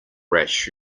rash